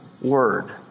word